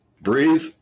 Breathe